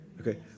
Okay